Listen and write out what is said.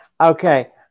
Okay